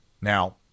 Now